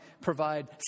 provide